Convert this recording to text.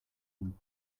them